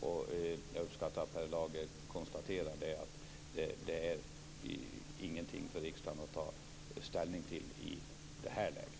Jag uppskattar att Per Lager konstaterade att detta inte är något som riksdagen skall ta ställning till i det här läget.